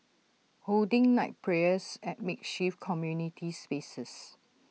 holding night prayers at makeshift community spaces